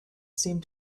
seemed